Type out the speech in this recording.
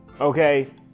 okay